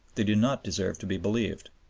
they do not deserve to be believed.